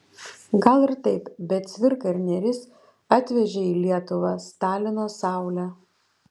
gal ir taip bet cvirka ir nėris atvežė į lietuvą stalino saulę